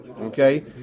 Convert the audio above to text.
Okay